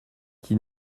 qui